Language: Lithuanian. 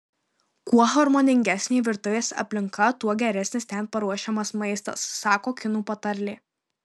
kuo harmoningesnė virtuvės aplinka tuo geresnis ten paruošiamas maistas sako kinų patarlė